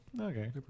okay